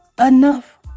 enough